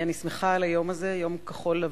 אני שמחה על היום הזה, יום כחול-לבן.